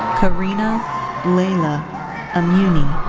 karina leila amiouny.